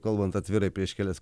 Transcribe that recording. kalbant atvirai prieš kelias